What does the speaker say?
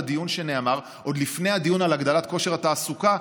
בדיון נאמר: עוד לפני הדיון על הגדלת כושר התעסוקה,